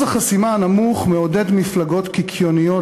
אחוז החסימה הנמוך מעודד מפלגות קיקיוניות